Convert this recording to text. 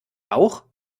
auch